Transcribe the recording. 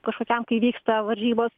kažkokiam kai vyksta varžybos